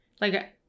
Like-